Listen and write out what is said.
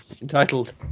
Entitled